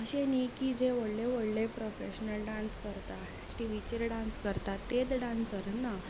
अशें न्ही की जे व्हडले व्हडले प्रोफेशनल डांस करता टिवीचेर डांस करता तेच डांसर ना